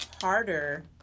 Harder